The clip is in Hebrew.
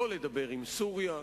לא לדבר עם סוריה,